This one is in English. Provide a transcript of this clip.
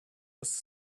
was